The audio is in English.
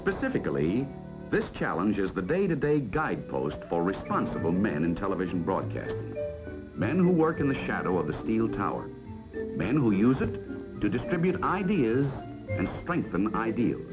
specifically this challenge is the day to day guidepost all responsible men in television broadcast men who work in the shadow of the steel towers men who use it to distribute ideas